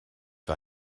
war